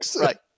right